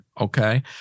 okay